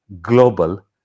global